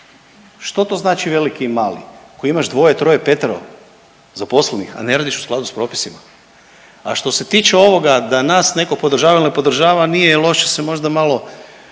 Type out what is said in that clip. Što to znači veliki i mali? Ako imaš dvoje, troje, petero zaposlenih, a ne radišu skladu s propisima? A što se tiče ovoga da nas neko podržava ili ne podržava, nije loše se možda malo